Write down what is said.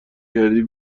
کردی